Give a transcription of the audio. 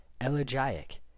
elegiac